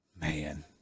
man